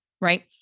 Right